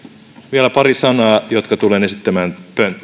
vielä pari sanaa jotka tulen esittämään pönttöön